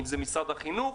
אם זה משרד החינוך,